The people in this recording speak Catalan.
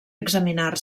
examinar